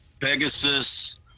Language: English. Pegasus